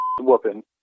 whooping